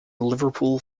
liverpool